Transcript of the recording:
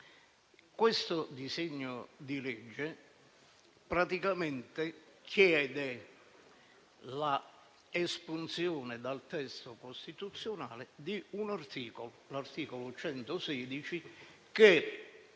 Questo disegno di legge praticamente chiede l'espunzione dal testo costituzionale di un articolo, il 116, che